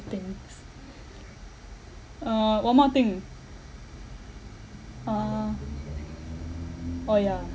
things uh one more thing uh oh ya